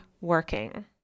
working